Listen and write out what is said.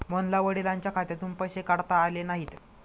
मोहनला वडिलांच्या खात्यातून पैसे काढता आले नाहीत